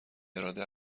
اراده